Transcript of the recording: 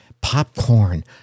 popcorn